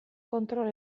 kontrol